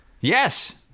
Yes